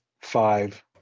five